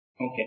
okay